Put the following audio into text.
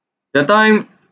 that time